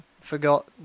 forgot